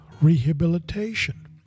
rehabilitation